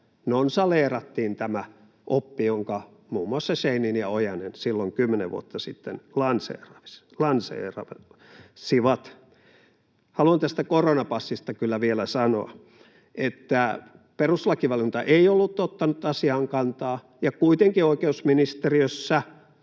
nonsaleerattiin tämä oppi, jonka muun muassa Scheinin ja Ojanen silloin kymmenen vuotta sitten lanseerasivat. Haluan tästä koronapassista kyllä vielä sanoa, että perustuslakivaliokunta ei ollut ottanut asiaan kantaa ja kuitenkin oikeusministeriössä